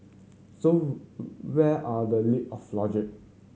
so where are the leap of logic